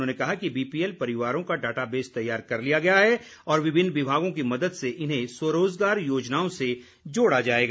उन्होंने कहा कि बीपीएल परिवारों का डाटाबेस तैयार कर लिया गया है और विभिन्न विभागों की मदद से इन्हें स्वरोज़गार योजनाओं से जोड़ा जाएगा